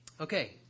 Okay